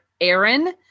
Aaron